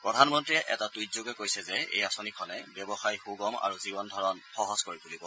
প্ৰধানমন্ত্ৰীয়ে এটা টুইটযোগে কৈছে যে এই আঁচনিখনে ব্যৱসায় সুগম আৰু জীৱন ধাৰণ সহজ কৰি তুলিব